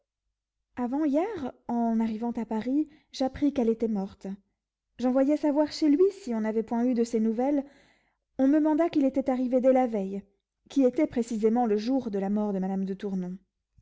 avant-hier en arrivant à paris j'appris qu'elle était morte j'envoyai savoir chez lui si on n'avait point eu de ses nouvelles on me manda qu'il était arrivé de la veille qui était précisément le jour de la mort de madame de tournon